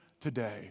today